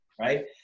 right